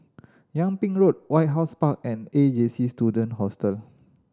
Yung Ping Road White House Park and A J C Student Hostel